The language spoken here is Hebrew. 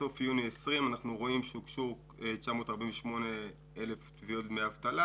לסוף יוני 2020 אנחנו רואים הוגשו 948 אלף תביעות לדמי אבטלה.